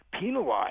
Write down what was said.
penalized